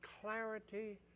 clarity